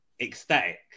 ecstatic